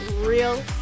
real